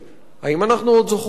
האם אנחנו עוד זוכרים אותן?